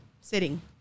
sitting